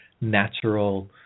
natural